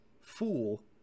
fool